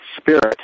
spirit